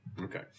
Okay